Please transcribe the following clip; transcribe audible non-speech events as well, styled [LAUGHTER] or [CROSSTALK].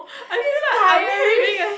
[LAUGHS] is tiring [LAUGHS]